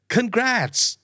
Congrats